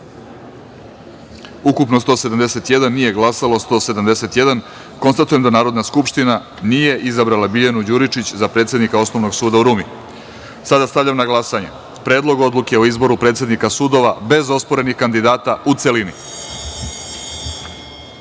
171, nije glasalo 171.Konstatujem da Narodna skupština nije izabrala Biljanu Đuričić, za predsednika Osnovnog suda u Rumi. Sada stavljam na glasanje Predlog odluke o izboru predsednika sudova, bez osporenih kandidata, u